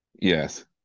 Yes